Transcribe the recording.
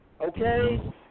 okay